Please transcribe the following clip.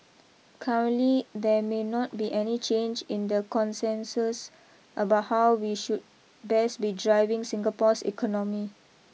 currently there may not be any change in the consensus about how we should best be driving Singapore's economy